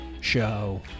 show